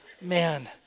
man